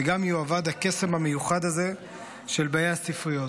וגם יאבד הקסם המיוחד הזה של באי הספריות.